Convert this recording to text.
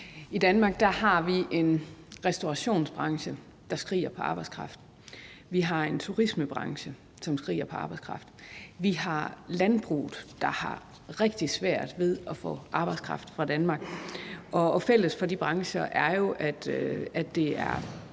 I Danmark har vi en restaurationsbranche, der skriger på arbejdskraft. Vi har en turismebranche, som skriger på arbejdskraft. Vi har et landbrug, der har rigtig svært ved at få arbejdskraft fra Danmark. Fælles for de brancher er jo, at det er